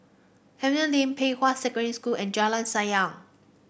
Henry Lane Pei Hwa Secondary School and Jalan Sayang